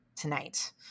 tonight